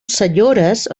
senyores